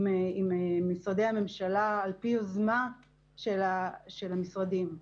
עם משרדי הממשלה על פי יוזמה של המשרדים.